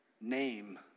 Name